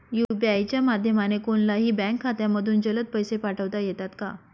UPI च्या माध्यमाने कोणलाही बँक खात्यामधून जलद पैसे पाठवता येतात का?